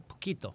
poquito